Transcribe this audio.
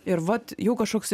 ir vat jau kažkoks